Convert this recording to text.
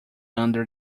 under